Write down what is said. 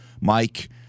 Mike